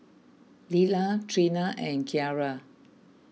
Lilah Treena and Kiarra